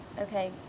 okay